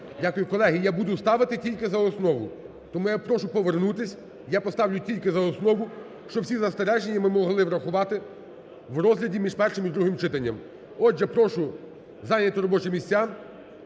Дякую. Колеги, я буду ставити тільки за основу. Тому я прошу повернутись. Я поставлю тільки за основу, щоб всі застереження ми могли врахувати в розгляді між першим і другим читанням. Отже, прошу зайняти робочі місця.